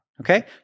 okay